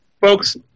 folks